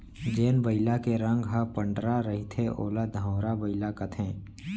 जेन बइला के रंग ह पंडरा रहिथे ओला धंवरा बइला कथें